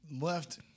left